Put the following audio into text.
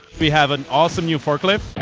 we have an awesome new forklift.